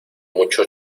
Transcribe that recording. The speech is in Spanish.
mucho